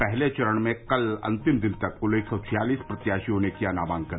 पहले चरण में कल अंतिम दिन तक कुल एक सौ छियालिस प्रत्याशियों ने किया नामांकन